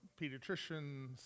pediatricians